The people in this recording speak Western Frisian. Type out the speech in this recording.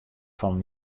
fan